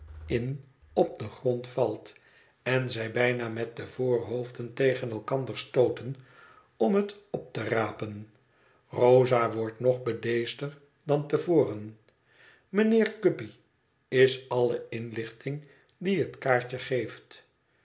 in op den grond valt en zij bijna met de voorhoofden tegen elkander stooten om het op te rapen rosa wordt nog bedeesder dan te voren mijnheer guppy is alle inlichting die het kaartje geeft